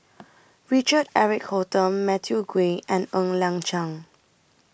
Richard Eric Holttum Matthew Ngui and Ng Liang Chiang